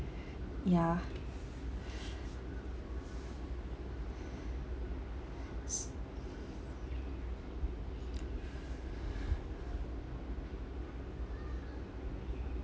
ya